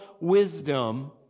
wisdom